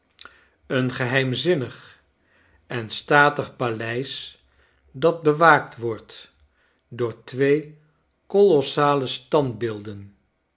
een geheimzinnig en statig paleis dat bewaakt wordt door twee kolossale standbeelden